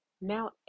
now